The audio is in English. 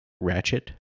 ratchet